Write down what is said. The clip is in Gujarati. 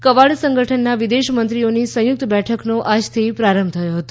ક્વાડ સંગઠનના વિદેશમંત્રીઓની સંયુક્ત બેઠકનો આજથી પ્રારંભ થયો હતો